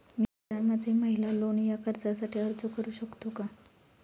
मी प्रधानमंत्री महिला लोन या कर्जासाठी अर्ज करू शकतो का?